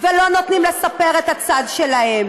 ולא נותנים להם לספר את הצד שלהם,